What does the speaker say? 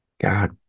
God